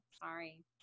sorry